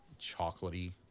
chocolatey